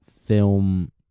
film